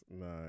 nice